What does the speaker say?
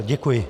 Děkuji.